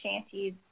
shanties